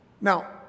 Now